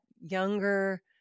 younger